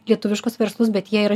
lietuviškus verslus bet jie yra